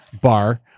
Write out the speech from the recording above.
bar